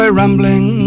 rambling